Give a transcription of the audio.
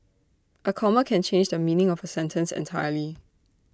A comma can change the meaning of A sentence entirely